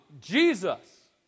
Jesus